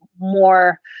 more